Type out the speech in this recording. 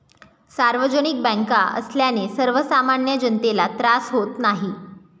सार्वजनिक बँका असल्याने सर्वसामान्य जनतेला त्रास होत नाही